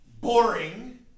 boring